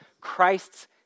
Christ's